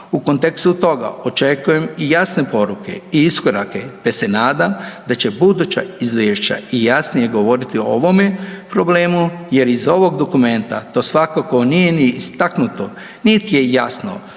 U kontekstu toga očekujem i jasne poruke i iskorake, te se nadam da će buduća izvješća i jasnije govoriti o ovome problemu jer iz ovog dokumenta to svakako nije ni istaknuto, niti je jasno